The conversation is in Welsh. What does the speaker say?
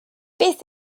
beth